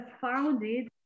founded